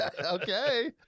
Okay